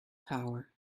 tower